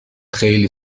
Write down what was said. خیلی